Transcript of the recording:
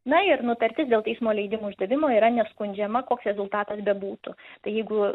na ir nutartis dėl teismo leidimų išdavimo yra neskundžiama koks rezultatas bebūtų jeigu